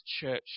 church